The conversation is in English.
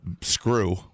screw